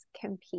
compete